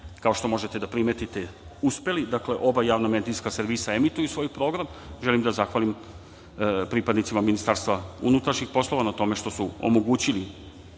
kao što možete da primetite, uspeli, dakle, oba javna medijska servisa emituju svoj program. Želim da zahvalim pripadnicima Ministarstva unutrašnjih poslova na tome što su omogućili